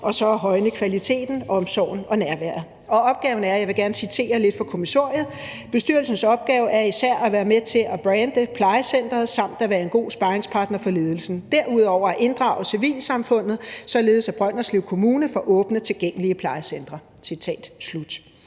og så at højne kvaliteten, omsorgen og nærværet. Jeg vil gerne citere lidt fra kommissoriet, i forhold til hvad opgaven er: Bestyrelsens opgave er især at være med til at brande plejecenteret samt at være en god sparringspartner for ledelsen og derudover at inddrage civilsamfundet, således at Brønderslev Kommune får åbnet tilgængelige plejecentre. Der skal